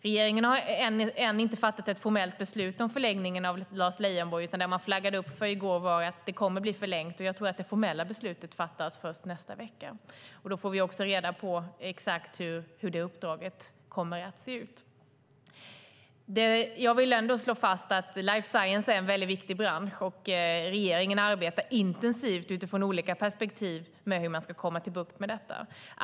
Regeringen har ännu inte fattat ett formellt beslut om förlängningen av Lars Leijonborgs uppdrag, utan det man flaggade för i går var att det kommer att bli förlängt. Jag tror att det formella beslutet fattas först nästa vecka, och då får vi också reda på exakt hur uppdraget kommer att se ut. Jag vill ändå slå fast att life science är en väldigt viktig bransch och att regeringen arbetar intensivt utifrån olika perspektiv med hur man ska få bukt med detta.